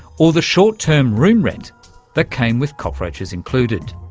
or the short-term room rent that came with cockroaches included.